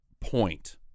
point